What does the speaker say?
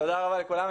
תודה רבה לכולם.